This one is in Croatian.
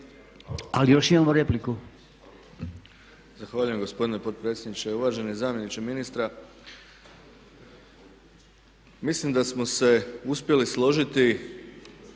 **Bauk, Arsen (SDP)** Zahvaljujem gospodine potpredsjedniče. Uvaženi zamjeniče ministra, mislim da smo se uspjeli složiti